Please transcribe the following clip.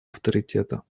авторитета